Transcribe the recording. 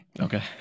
Okay